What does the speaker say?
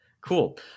Cool